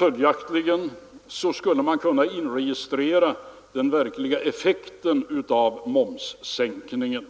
Följaktligen skulle man kunna inregistrera den verkliga effekten av momssänkningen.